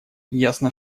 ясно